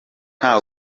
nta